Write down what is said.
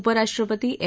उपराष्ट्रपती एम